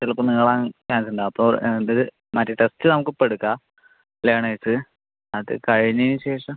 ചിലപ്പോൾ നിങ്ങൾ ആണ് കേറണ്ട അപ്പോൾ അത് മറ്റേ ടെസ്റ്റ് നമുക്ക് ഇപ്പോൾ എടുക്കാം ലേണേഴ്സ് അത് കഴിഞ്ഞതിനു ശേഷം